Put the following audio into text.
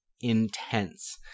intense